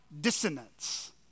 dissonance